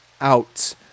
out